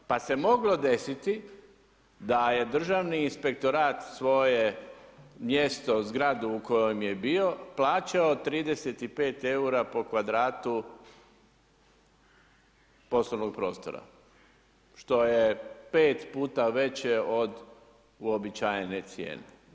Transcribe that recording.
Pa se moglo desiti da je Državni inspektorat svoje mjesto, zgradu u kojem je bio, plaćao 35 eura po kvadratu poslovnog prostora što je 5 puta veće od uobičajene cijene.